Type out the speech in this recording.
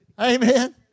Amen